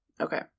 Okay